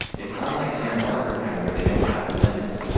it's unlike santa barbara county where they don't have limits.